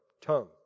tongue